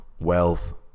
wealth